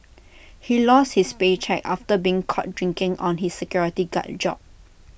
he lost his paycheck after being caught drinking on his security guard job